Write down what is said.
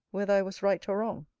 whether i was right or wrong.